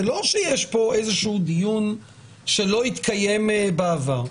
זה לא שיש פה איזה שהוא דיון שלא התקיים בעבר.